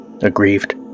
Aggrieved